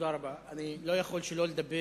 לדבר